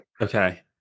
okay